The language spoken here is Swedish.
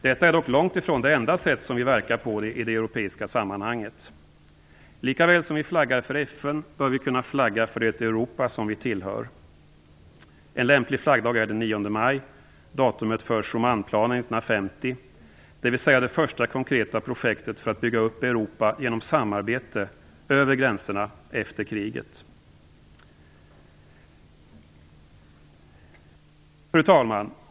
Detta är dock långt ifrån det enda sätt som vi verkar på i det europeiska sammanhanget. Lika väl som vi flaggar för FN bör vi kunna flagga för det Europa som vi tillhör. En lämplig flaggdag är den 9 maj, datumet för Schumanplanen 1950, dvs. det första konkreta projektet för att bygga upp Europa efter kriget genom samarbete över gränserna. Fru talman!